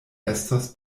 estos